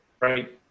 Right